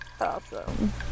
Awesome